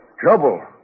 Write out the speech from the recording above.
Trouble